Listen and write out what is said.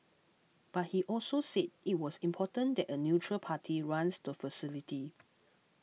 but he also said it was important that a neutral party runs the facility